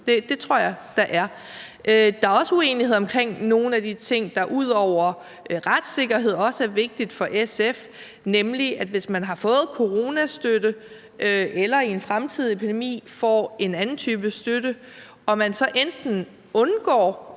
det tror jeg der er. Der er også uenighed omkring nogle af de ting, der ud over retssikkerhed også er vigtige for SF. Hvis man har fået coronastøtte eller i en fremtidig epidemi får en anden type støtte og man så enten gør